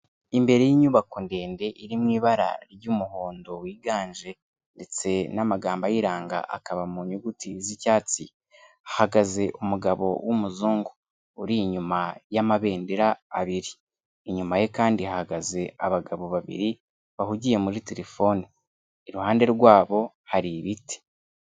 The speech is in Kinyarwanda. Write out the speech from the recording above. Imbere y'inyubako ndende iri mu ibara ry'umuhondo wiganje, ndetse n'amagambo ayiranga akaba mu nyuguti z'icyatsi, hahagaze umugabo w'umuzungu uri inyuma y'amabendera abiri. Inyuma ye kandi hahagaze abagabo babiri, bahugiye muri terefone. Iruhande rwabo hari ibiti.